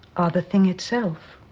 are the thing itself.